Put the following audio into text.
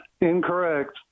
Incorrect